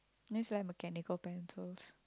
used to have mechanical pencils